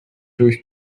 durch